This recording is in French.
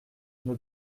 une